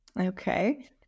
Okay